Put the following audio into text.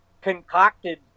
concocted